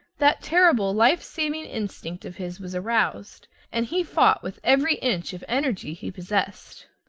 that terrible lifesaving instinct of his was aroused, and he fought with every inch of energy he possessed.